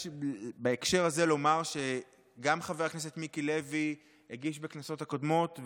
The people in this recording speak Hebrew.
בהקשר זה חשוב לומר שגם חבר הכנסת מיקי לוי הגיש בכנסות הקודמות,